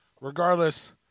Regardless